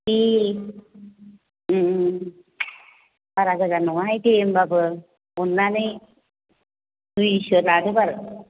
दे बारा गोजान नङाहाय दे होनबाबो अन्नानै दुइसो लादो बाल